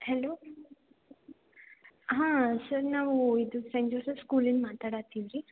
hello ಹಾಂ sir ನಾವು ಇದು ಸೈಂಟ್ ಜೋಸೆಫ್ ಸ್ಕೂಲಿಂದ ಮಾತಾಡುತ್ತಿವ್ರಿ